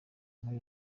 muri